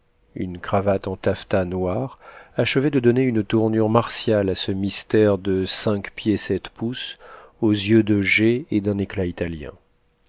une cravate en taffetas noir achevait de donner une tournure martiale à ce mystère de cinq pieds sept pouces aux yeux de jais et d'un éclat italien